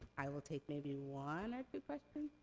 i will take maybe one or two questions.